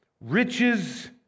riches